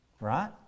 Right